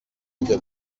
bujya